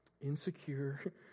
insecure